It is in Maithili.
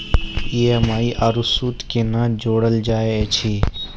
ई.एम.आई आरू सूद कूना जोड़लऽ जायत ऐछि?